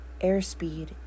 Airspeed